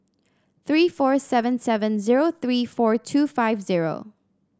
three four seven seven zero three four two five zero